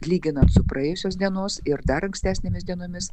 lyginant su praėjusios dienos ir dar ankstesnėmis dienomis